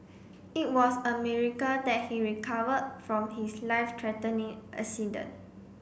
it was a miracle that he recovered from his life threatening accident